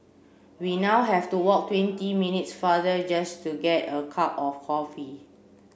we now have to walk twenty minutes farther just to get a cup of coffee